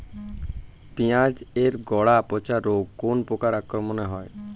পিঁয়াজ এর গড়া পচা রোগ কোন পোকার আক্রমনে হয়?